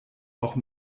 auch